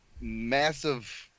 massive